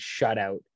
shutout